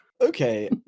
okay